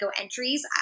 entries